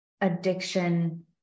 addiction